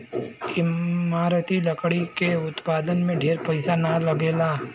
इमारती लकड़ी के उत्पादन में ढेर पईसा ना लगेला